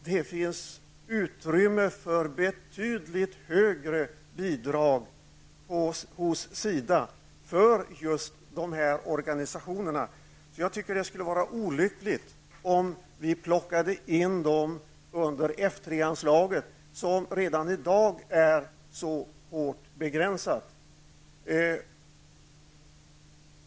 Det finns utrymme hos SIDA för betydligt högre bidrag till just dessa organisationer. Det skulle vara olyckligt om vi plockade in dem under F 3-anslaget, som redan i dag är så hårt begränsat.